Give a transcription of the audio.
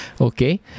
okay